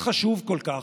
החוק הזה,